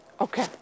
Okay